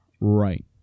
right